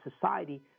society